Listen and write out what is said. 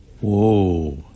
Whoa